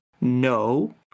no